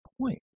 point